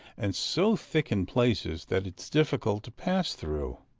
and so thick in places that it is difficult to pass through,